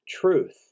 Truth